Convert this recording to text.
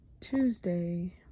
Tuesday